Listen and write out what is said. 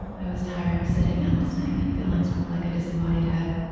i was tired of sitting and listening and feeling sort of like a disembodied head.